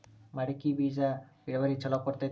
ಮಡಕಿ ಬೇಜ ಇಳುವರಿ ಛಲೋ ಕೊಡ್ತೆತಿ?